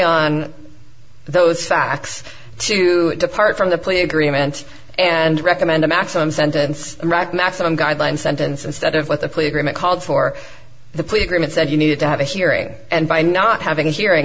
on those facts to depart from the plea agreement and recommend a maximum sentence rack maximum guideline sentence instead of what the plea agreement called for the plea agreement said you need to have a hearing and by not having a hearing